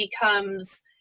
becomes